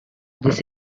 this